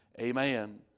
Amen